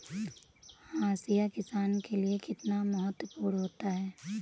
हाशिया किसान के लिए कितना महत्वपूर्ण होता है?